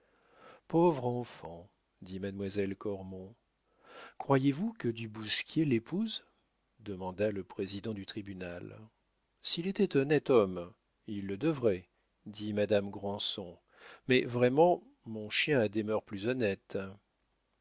pauvre enfant dit mademoiselle cormon croyez-vous que du bousquier l'épouse demanda le président du tribunal s'il était honnête homme il le devrait dit madame granson mais vraiment mon chien a des mœurs plus honnêtes